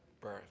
birth